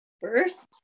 first